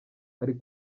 ari